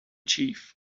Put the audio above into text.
chief